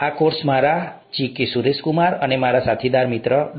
આ કોર્સ મારા G K Sureshkumar અને મારા સાથીદાર ડૉ